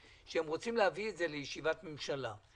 שהם רוצים להביא את זה לישיבת ממשלה.